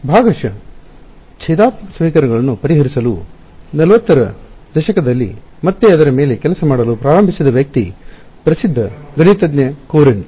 ಭಾಗಶಃ ಭೇದಾತ್ಮಕ ಸಮೀಕರಣಗಳನ್ನು ಪರಿಹರಿಸಲು 40 ರ ದಶಕದಲ್ಲಿ ಮತ್ತೆ ಅದರ ಮೇಲೆ ಕೆಲಸ ಮಾಡಲು ಪ್ರಾರಂಭಿಸಿದ ವ್ಯಕ್ತಿ ಪ್ರಸಿದ್ಧ ಗಣಿತಜ್ಞ ಕೊರಂಟ್